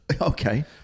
Okay